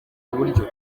buryo